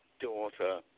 Daughter